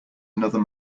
another